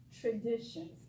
traditions